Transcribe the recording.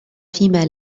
فيما